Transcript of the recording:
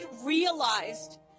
realized